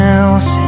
else